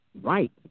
right